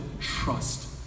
trust